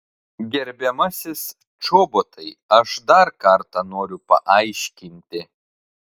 gerbiamasis čobotai aš dar kartą noriu paaiškinti